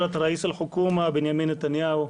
כבוד ראש הממשלה, בנימין נתניהו,